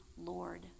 Lord